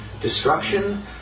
destruction